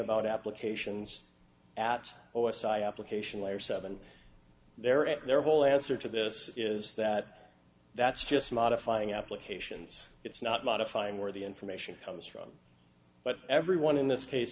about applications at o s i application layer seven there are at their whole answer to this is that that's just modifying applications it's not modifying where the information comes from but everyone in this case